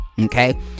okay